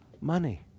money